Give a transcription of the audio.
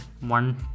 one